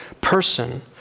person